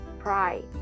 pride